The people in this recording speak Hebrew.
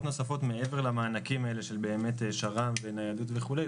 נוספות מעבר למענקים האלה של שר"ם וניידות וכולי.